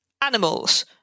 animals